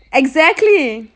exactly